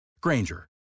Granger